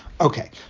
Okay